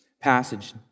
passage